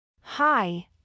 Hi